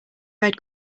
red